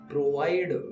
Provide